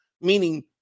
meaning